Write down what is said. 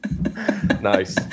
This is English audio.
Nice